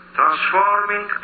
transforming